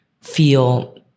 feel